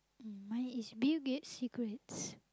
mine is Bill-Gates's secrets